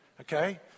Okay